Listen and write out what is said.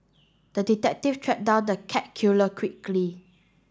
the detective tracked down the cat killer quickly